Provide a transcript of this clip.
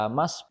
mas